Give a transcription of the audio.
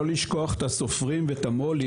לא לשכוח את הסופרים ואת המו"לים,